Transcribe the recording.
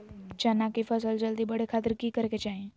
चना की फसल जल्दी बड़े खातिर की करे के चाही?